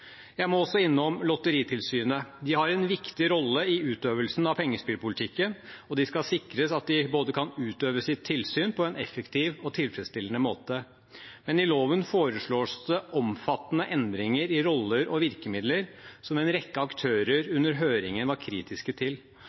Jeg må også innom Lotteritilsynet. De har en viktig rolle i utøvelsen av pengespillpolitikken, og de skal sikres å kunne utøve sitt tilsyn på en effektiv og tilfredsstillende måte. Men i loven foreslås det omfattende endringer i roller og virkemidler som en rekke aktører under høringen var kritiske til.